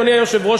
אדוני היושב-ראש,